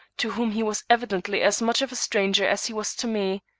to whom he was evidently as much of a stranger as he was to me.